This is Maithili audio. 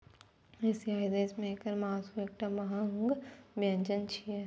एशियाई देश मे एकर मासु एकटा महग व्यंजन छियै